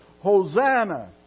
Hosanna